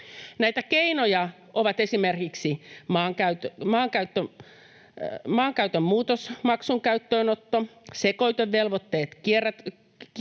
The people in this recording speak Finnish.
Näitä keinoja ovat esimerkiksi maankäytön muutosmaksun käyttöönotto, sekoitevelvoitteet